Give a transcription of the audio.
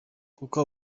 kuko